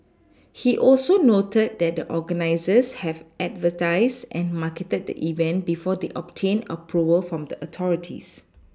he also noted that the organisers had advertised and marketed the event before they obtained Approval from the authorities